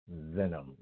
Venom